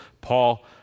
Paul